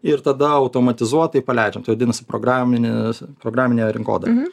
ir tada automatizuotai paleidžiam tai vadinasi programinis programinė rinkodara